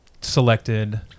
selected